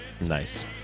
nice